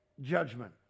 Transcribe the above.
judgment